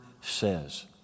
says